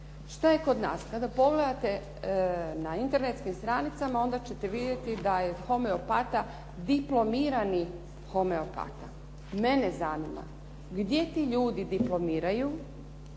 Što je kod nas? Kada pogledate na internetskim stranicama, onda ćete vidjeti da je homeopata diplomirani homeopata. Mene zanima gdje ti ljudi diplomiraju,